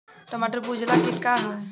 टमाटर पर उजला किट का है?